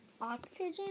oxygen